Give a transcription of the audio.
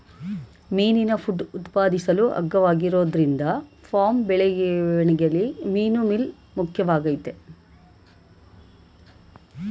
ಮೀನಿನ ಫುಡ್ ಉತ್ಪಾದಿಸಲು ಅಗ್ಗವಾಗಿರೋದ್ರಿಂದ ಫಾರ್ಮ್ ಬೆಳವಣಿಗೆಲಿ ಮೀನುಮೀಲ್ ಮುಖ್ಯವಾಗಯ್ತೆ